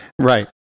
right